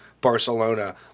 Barcelona